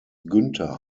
günther